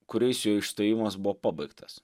kuriais jo išstojimas buvo pabaigtas